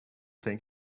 think